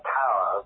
power